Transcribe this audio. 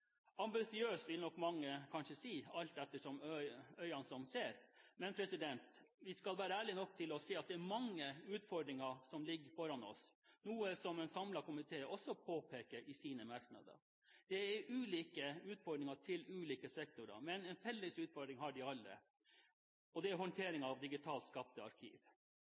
Ambisiøst vil nok mange kanskje si, alt etter øynene som ser. Men vi skal være ærlige nok til å si at det er mange utfordringer som ligger foran oss, noe en samlet komité påpeker i sine merknader. Det er ulike utfordringer til ulike sektorer, men en felles utfordring har de alle, og det er håndteringen av digitalt skapte arkiv.